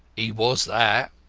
he was that,